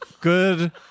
Good